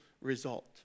Result